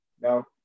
No